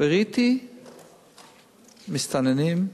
וראיתי מסתננים,